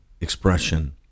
expression